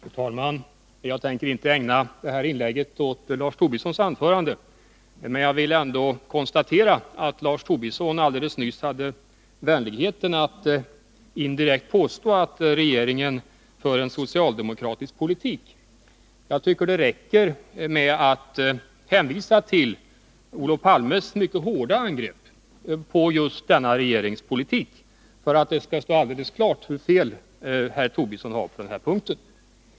Fru talman! Jag tänker inte ägna det här inlägget åt Lars Tobissons anförande, men jag vill ändå konstatera att Lars Tobisson alldeles nyss hade vänligheten att indirekt påstå att regeringen för en socialdemokratisk politik. Jag tycker det räcker med att hänvisa till Olof Palmes mycket hårda angrepp på just denna regeringspolitik för att det skall stå alldeles klart hur fel Lars Tobisson har på den här punkten.